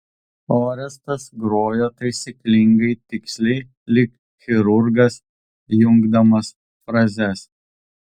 orestas grojo taisyklingai tiksliai lyg chirurgas jungdamas frazes